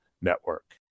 Network